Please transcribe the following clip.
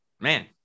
man